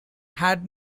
had